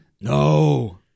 No